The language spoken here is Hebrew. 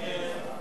נא להצביע.